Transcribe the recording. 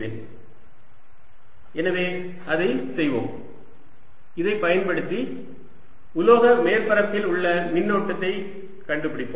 Vx y zq4π01x2y2z z02 1x2y2z z02 E V எனவே அதைச் செய்வோம் இதைப் பயன்படுத்தி உலோக மேற்பரப்பில் உள்ள மின்னோட்டத்தை கண்டுபிடிப்போம்